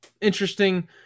Interesting